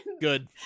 Good